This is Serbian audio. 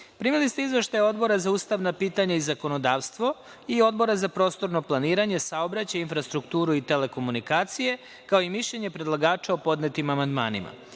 ste izveštaje Odbora za ustavna pitanja i zakonodavstvo i Odbora za prostorno planiranje, saobraćaj, infrastrukturu i telekomunikacije, kao i mišljenje predlagača o podnetim amandmanima. Pošto